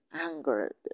anger